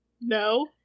No